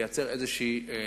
לייצר איזה הסדר.